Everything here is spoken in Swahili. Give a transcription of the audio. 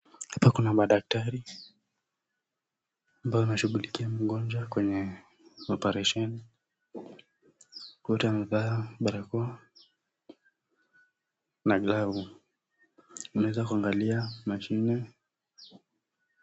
Hapa kuna madaktari wanaoshughulikia mgonjwa kwenye operesheni. Wote wamevaa barakoa na glavu wanaweza kuangalia mashine.